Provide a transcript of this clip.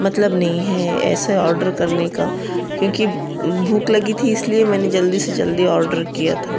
मतलब नहीं है ऐसे ऑर्डर करने का क्योंकि भूख लगी थी इसलिए मैंने जल्दी से जल्दी ऑर्डर किया था